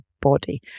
body